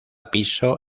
piso